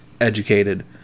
educated